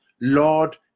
lord